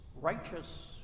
righteous